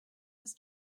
was